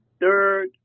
third